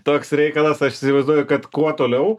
toks reikalas aš įsivaizduoju kad kuo toliau